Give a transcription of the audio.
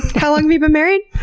how long have you been married?